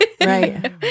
Right